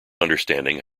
understanding